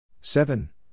seven